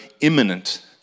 imminent